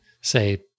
say